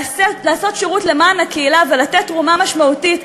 לעשות שירות למען הקהילה ולתת תרומה משמעותית,